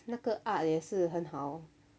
那个 art 也是很好